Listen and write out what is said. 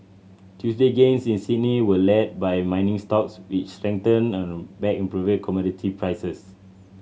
Tuesday gains in Sydney were led by mining stocks which strengthened on the back improving commodity prices